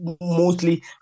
mostly